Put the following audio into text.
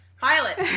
Pilot